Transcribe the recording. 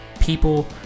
people